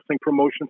promotion